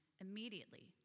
immediately